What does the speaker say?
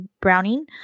Browning